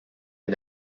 est